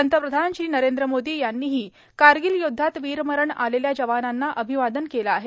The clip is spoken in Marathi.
पंतप्रधान श्री नरेंद्र मोदी यांनीही कारगिल युद्धात वीरमरण आलेल्या जवानांना अभिवादन केलं आहे